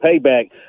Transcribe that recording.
payback